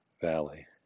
valley